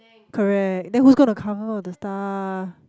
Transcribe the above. correct then who's going to cover all the stuff